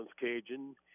Cajun